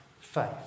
faith